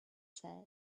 said